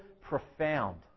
profound